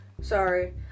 Sorry